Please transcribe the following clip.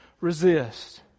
resist